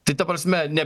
tai ta prasme ne